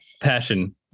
passion